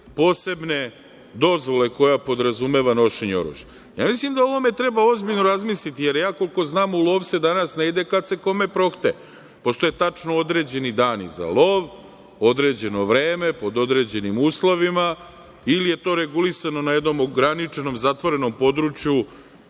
posebne dozvole koja podrazumeva nošenje oružja. Ja mislim da ovome treba ozbiljno razmisliti, jer ja koliko znam u lov se danas ne ide kada se kome prohte. Postoje tačno određeni dani za lov, određeno vreme pod određenim uslovima ili je to regulisano na jednom ograničenom zatvorenom području